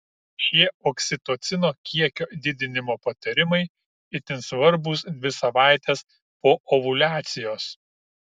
šie oksitocino kiekio didinimo patarimai itin svarbūs dvi savaites po ovuliacijos